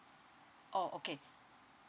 orh okay